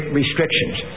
restrictions